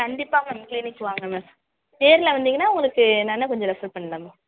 கண்டிப்பாக மேம் கிளினிக்கு வாங்க மேம் நேரில் வந்திங்கன்னா உங்களுக்கு நான் இன்னும் கொஞ்சம் ரெஃபர் பண்ணலாம்